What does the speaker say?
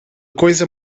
coisa